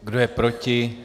Kdo je proti?